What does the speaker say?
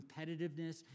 competitiveness